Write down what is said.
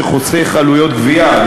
שחוסך עלויות גבייה.